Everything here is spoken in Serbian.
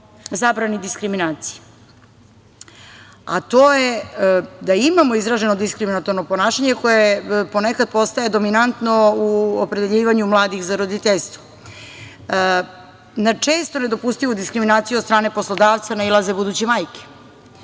zabrani diskriminacije, a to je da imamo izraženu diskriminatorno ponašanje koje ponekad postaje dominantno u opredeljivanju mladih za roditeljstvo. Na često nedopustivu diskriminaciju od strane poslodavca nailaze buduće majke,